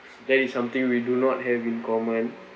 that is something we do not have in common